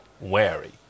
wary